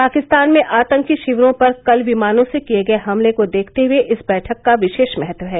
पाकिस्तान में आतंकी शिविरों पर कल विमानों से किए गए हमले को देखते हुए इस बैठक का विशेष महत्व है